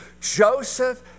Joseph